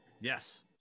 Yes